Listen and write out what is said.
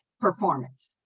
performance